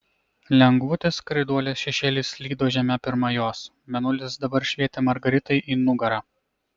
lengvutis skraiduolės šešėlis slydo žeme pirma jos mėnulis dabar švietė margaritai į nugarą